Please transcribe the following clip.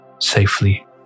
safely